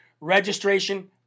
Registration